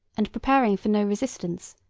and preparing for no resistance,